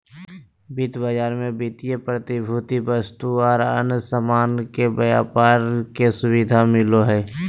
वित्त बाजार मे वित्तीय प्रतिभूति, वस्तु आर अन्य सामान के व्यापार के सुविधा मिलो हय